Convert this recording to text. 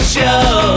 Show